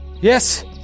Yes